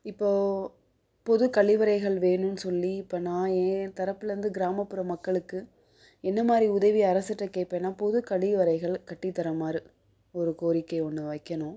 இப்போ பொது கழிவறைகள் வேணுன்னு சொல்லி இப்போ நான் ஏன் தரப்புலேர்ந்து கிராமப்புற மக்களுக்கு என்ன மாதிரி உதவி அரசுகிட்ட கேட்பேன்னா பொது கழிவறைகள் கட்டி தருமாறு ஒரு கோரிக்கை ஒன்று வைக்கணும்